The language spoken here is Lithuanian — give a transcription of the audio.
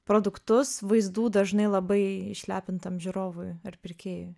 produktus vaizdų dažnai labai išlepintam žiūrovui ir pirkėjui